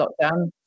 lockdown